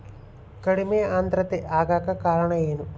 ಕಡಿಮೆ ಆಂದ್ರತೆ ಆಗಕ ಕಾರಣ ಏನು?